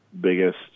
biggest